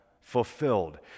fulfilled